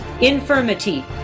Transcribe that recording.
infirmity